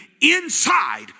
inside